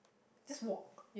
just walk